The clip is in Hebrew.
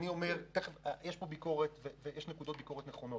יש פה ביקורת עם נקודות נכונות,